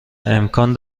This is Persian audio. امکان